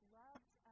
loved